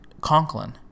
Conklin